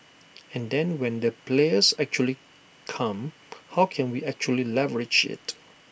and then when the players actually come how can we actually leverage IT